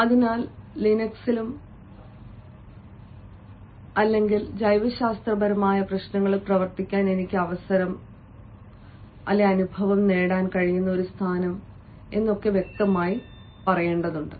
അതിനാൽ ലിനക്സിലും മറ്റെന്തെങ്കിലും ജോലി ചെയ്യുന്നതിലും ജൈവശാസ്ത്രപരമായ പ്രശ്നങ്ങളിൽ പ്രവർത്തിക്കാൻ എനിക്ക് അവസരം അനുഭവം നേടാൻ കഴിയുന്ന ഒരു സ്ഥാനം വ്യക്തമായി പറയേണ്ടതുണ്ട്